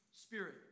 spirit